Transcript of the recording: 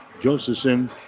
Josephson